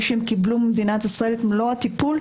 שהם קיבלו ממדינת ישראל את מלוא הטיפול,